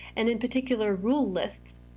and in particular, rule lists,